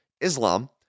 Islam